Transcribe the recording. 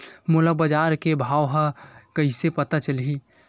मोला बजार के भाव ह कइसे पता चलही?